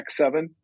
X7